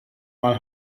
mal